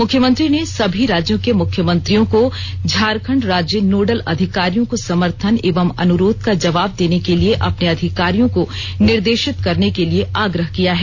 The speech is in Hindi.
मुख्यमंत्री ने सभी राज्यों के मुख्यमंत्रियों को झारखण्ड राज्य नोडल अधिकारियों को समर्थन एवं अनुरोध का जवाब देने के लिए अपने अधिकारियों को निर्देशित करने के लिए आग्रह किया है